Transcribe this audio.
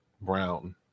Brown